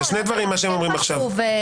מה שהם אומרים עכשיו, אלה שני דברים שונים.